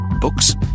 books